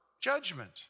judgment